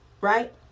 right